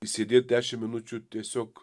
išsėdėt dešim minučių tiesiog